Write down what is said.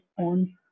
on